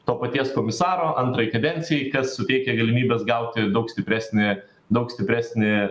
to paties komisaro antrai kadencijai kas suteikia galimybes gauti daug stipresnį daug stipresnį